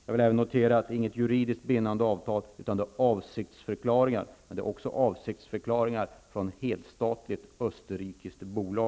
Jag noterar även att det inte är fråga om ett juridiskt bindande avtal, utan det är fråga om avsiktsförklaringar från ett helstatligt österrikiskt bolag.